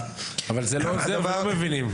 את מדברת על חוק לאלימות,